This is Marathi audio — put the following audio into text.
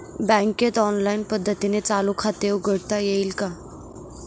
बँकेत ऑनलाईन पद्धतीने चालू खाते उघडता येईल का?